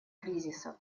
кризисов